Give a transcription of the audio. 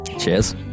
Cheers